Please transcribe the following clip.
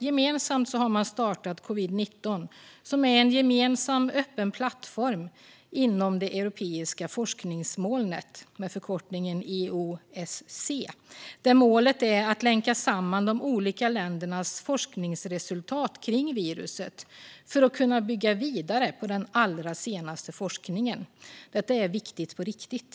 Gemensamt har man startat en covid-19-dataplattform som är en gemensam öppen plattform inom det europeiska öppna forskningsmolnet, EOSC. Målet är att länka samman de olika ländernas forskningsresultat kring viruset för att kunna bygga vidare på den allra senaste forskningen. Det här är viktigt på riktigt.